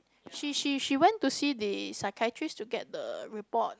she she she went to see the psychiatrist to get the report